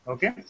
Okay